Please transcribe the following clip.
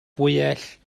fwyell